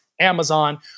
Amazon